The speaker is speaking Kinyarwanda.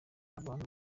abantu